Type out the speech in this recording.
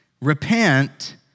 Repent